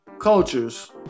cultures